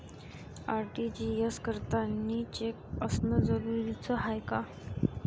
RTGS करतांनी cheque असनं जरुरीच हाय का?